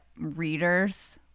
readers